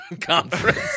Conference